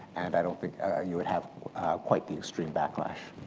and think you would have quite the extreme backlash.